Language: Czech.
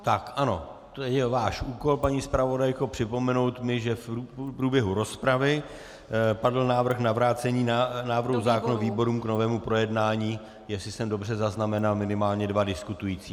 Tak, ano, to je váš úkol, paní zpravodajko, připomenout mi, že v průběhu rozpravy padl návrh na vrácení návrhu zákona výborům k novému projednání, jestli jsem dobře zaznamenal minimálně dva diskutující.